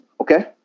Okay